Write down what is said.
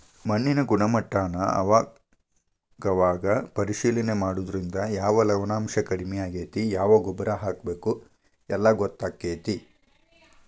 ಮಣ್ಣಿನ ಗುಣಮಟ್ಟಾನ ಅವಾಗ ಅವಾಗ ಪರೇಶಿಲನೆ ಮಾಡುದ್ರಿಂದ ಯಾವ ಲವಣಾಂಶಾ ಕಡಮಿ ಆಗೆತಿ ಯಾವ ಗೊಬ್ಬರಾ ಹಾಕಬೇಕ ಎಲ್ಲಾ ಗೊತ್ತಕ್ಕತಿ